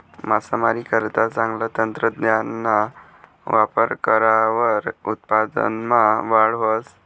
मासामारीकरता चांगलं तंत्रज्ञानना वापर करावर उत्पादनमा वाढ व्हस